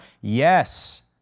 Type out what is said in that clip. yes